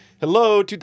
Hello